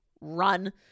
run